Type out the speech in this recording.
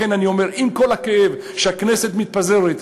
לכן אני אומר, עם כל הכאב על כך שהכנסת מתפזרת,